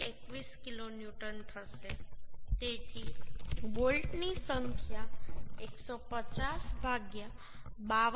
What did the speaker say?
21 kilonewton થશે તેથી બોલ્ટની સંખ્યા 150 52